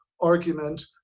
argument